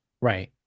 Right